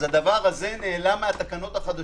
הדבר הזה נעלם מהתקנות החדשות.